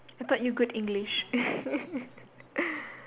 I taught you good English